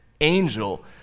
angel